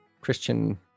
christian